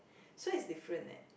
so it's different leh